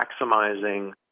maximizing